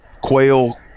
quail